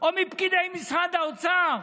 או מפקידי משרד האוצר?